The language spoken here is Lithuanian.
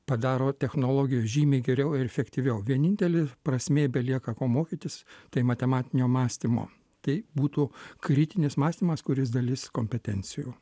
padaro technologijos žymiai geriau ir efektyviau vienintelė prasmė belieka ko mokytis tai matematinio mąstymo tai būtų kritinis mąstymas kuris dalis kompetencijų